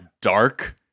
dark